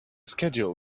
schedule